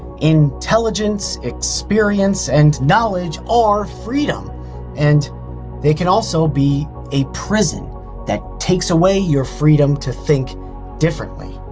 intelligence, experience, and knowledge are freedom and they can also be a prison that takes away your freedom to think differently.